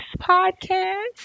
podcast